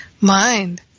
mind